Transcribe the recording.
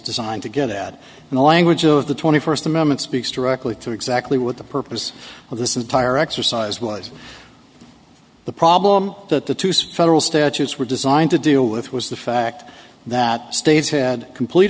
designed to get at the language of the twenty first amendment speaks directly to exactly what the purpose of this entire exercise was the problem that the two spreadable statutes were designed to deal with was the fact that states had complete